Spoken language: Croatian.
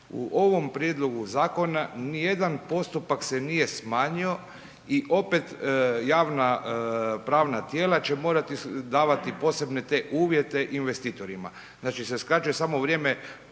U ovom prijedlogu zakona nijedan postupak se nije smanjio i opet javno-pravna tijela će morati davati posebne te uvjete investitorima. Znači uskraćuje se samo vrijeme